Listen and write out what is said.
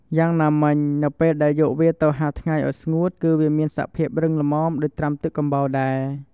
យ៉ាងណាមិញ នៅពេលដែលយកវាទៅហាលថ្ងៃឱ្យស្ងួតគឺវាមានសភាពរឹងល្មមដូចត្រាំទឹកកំបោរដែរ។